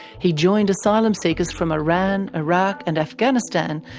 he joined asylum seekers from iran, iraq and afghanistan,